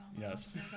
Yes